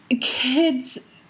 kids